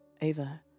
Ava